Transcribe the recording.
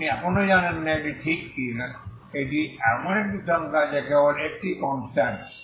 আপনি এখনও জানেন না এটি ঠিক কি এটি এমন একটি সংখ্যা যা কেবল একটি কনস্ট্যান্ট